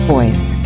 Voice